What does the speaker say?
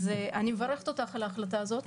אז אני מברכת אותך על ההחלטה הזאת.